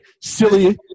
Silly